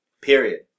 period